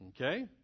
Okay